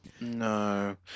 no